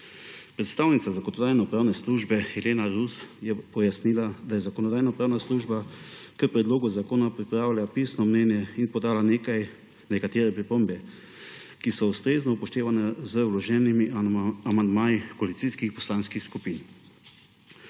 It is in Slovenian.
Predstavnica Zakonodajno-pravne službe Irena Rus je pojasnila, da je Zakonodajno-pravna služba k predlogu zakona pripravila pisno mnenje in podala nekatere pripombe, ki so ustrezno upoštevane z vloženimi amandmaji koalicijskih poslanskih skupin.